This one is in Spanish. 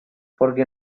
porque